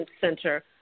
center